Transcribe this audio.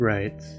Right